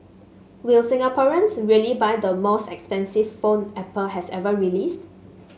will Singaporeans really buy the most expensive phone Apple has ever released